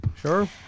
Sure